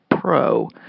Pro